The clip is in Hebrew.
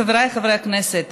חבריי חברי הכנסת,